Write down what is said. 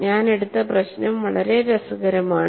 ഞാൻ എടുത്ത പ്രശ്നം വളരെ രസകരമാണ്